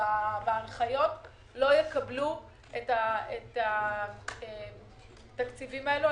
יעמדו בהנחיות לא יקבלו את התקציבים האלה.